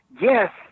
yes